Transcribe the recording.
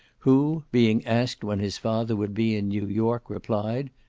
who, being asked when his father would be in new york, replied,